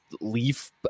leave